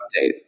update